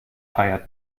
feiert